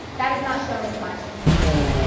that is not shown as much in the media,